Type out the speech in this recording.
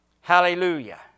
Hallelujah